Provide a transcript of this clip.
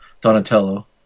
Donatello